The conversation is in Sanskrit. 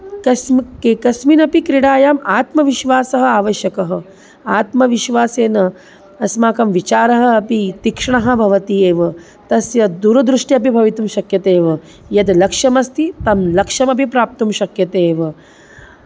कस्म् कि कस्मिन्नपि क्रीडायाम् आत्मविश्वासः आवश्यकः आत्मविश्वासेन अस्माकं विचारः अपि तीक्ष्णः भवति एव तस्य दूरदृष्ट्यपि भवितुं शक्यते एव यद् लक्ष्यमस्ति तत् लक्ष्यमपि प्राप्तुं शक्यते एव